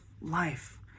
life